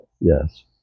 Yes